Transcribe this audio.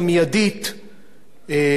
תוסר.